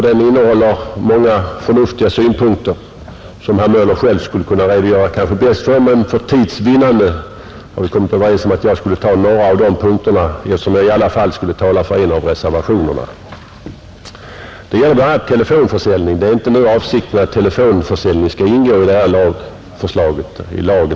Den innehåller många förnuftiga synpunkter som herr Möller själv bäst kanske skulle kunna redogöra för, men för tids vinnande har vi kommit överens om att jag skulle ta upp några av de punkter som motionen omfattar, eftersom jag i alla fall skulle tala för en av reservationerna, Det gäller bl a. telefonförsäljning. Det är inte nu avsikten att telefonförsäljning skall omfattas av denna lag.